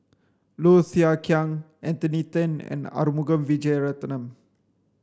Low Thia Khiang Anthony Then and Arumugam Vijiaratnam